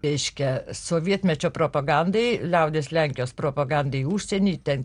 reiškia sovietmečio propagandai liaudies lenkijos propagandai į užsienį ten